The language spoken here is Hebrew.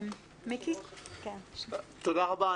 תודה רבה.